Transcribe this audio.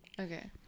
Okay